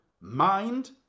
mind